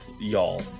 Y'all